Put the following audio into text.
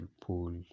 pull